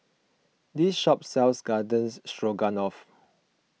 this shop sells Garden Stroganoff